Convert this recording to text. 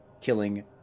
killing